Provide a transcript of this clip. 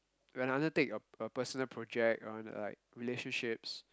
when I undertake a a personal project or in a like relationships